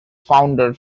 founder